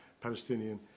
Palestinian